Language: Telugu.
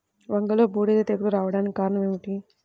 వంగలో బూడిద తెగులు రావడానికి కారణం ఏమిటి?